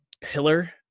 pillar